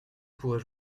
pourrais